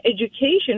education